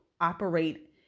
operate